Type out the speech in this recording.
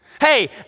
Hey